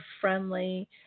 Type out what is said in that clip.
friendly